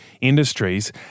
industries